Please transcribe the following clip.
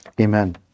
Amen